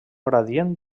gradient